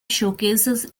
showcases